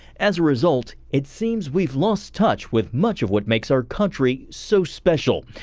as a result it seems we've lost touch with much of what makes our country so special.